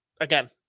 again